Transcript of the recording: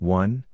one